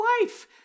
wife